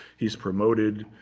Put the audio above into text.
he's promoted,